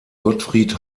gottfried